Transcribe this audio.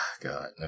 God